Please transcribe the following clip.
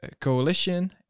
coalition